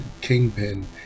Kingpin